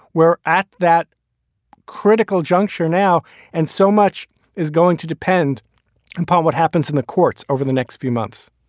we're at that critical juncture now and so much is going to depend upon what happens in the courts over the next few months